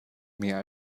mehr